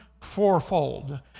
fourfold